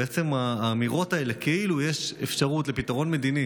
ועצם האמירות האלה כאילו יש אפשרות לפתרון מדיני